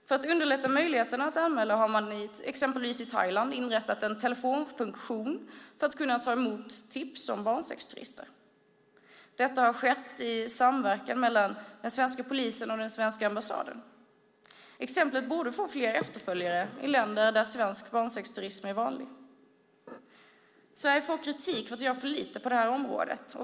För att underlätta möjligheten att anmäla har man exempelvis i Thailand inrättat en telefonfunktion för att kunna ta emot tips om barnsexturister. Detta har skett i samverkan mellan den svenska polisen och den svenska ambassaden. Exemplet borde få fler efterföljare i länder där svensk barnsexturism är vanligt. Sverige får kritik för att man gör för lite på det här området.